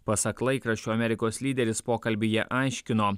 pasak laikraščio amerikos lyderis pokalbyje aiškino